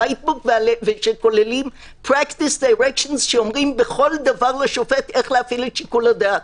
הספרים- -- שאומרים בכל דבר לשופט איך להפעיל את שיקול הדעת.